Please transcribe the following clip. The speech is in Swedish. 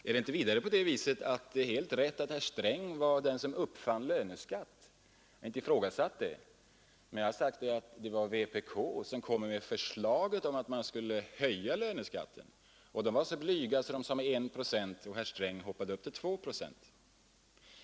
Vidare är det på det viset att det är helt rätt att det var herr Sträng som uppfann löneskatten. Jag har inte ifrågasatt det. Men jag har sagt att det var vänsterpartiet kommunisterna som kom med förslaget att man skulle höja löneskatten. De var blygsamma och föreslog en procent, men herr Sträng gick upp till två procent.